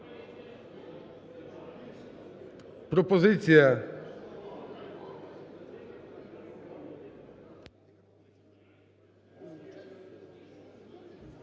пропозиція